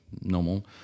normal